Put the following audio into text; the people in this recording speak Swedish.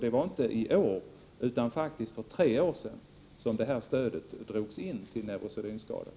Det var inte i år utan för tre år sedan som stödet till de neurosedynskadades förening drogs in.